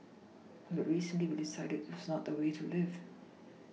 but recently we decided was not the way to live